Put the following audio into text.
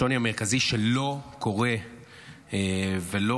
השוני המרכזי הוא שלא קורה שינוי תפיסתי,